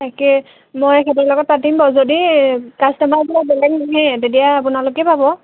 তাকে মই এখেতৰ লগত পাতিম বাৰু যদি কাষ্টমাৰ বোলে বেলেগ নাহে তেতিয়া আপোনালোকে পাব